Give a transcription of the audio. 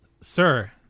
Sir